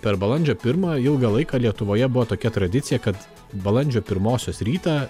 per balandžio pirmą ilgą laiką lietuvoje buvo tokia tradicija kad balandžio pirmosios rytą